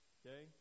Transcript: okay